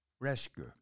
Rescue